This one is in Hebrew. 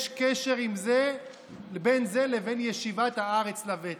יש קשר בין זה לבין ישיבה בארץ לבטח.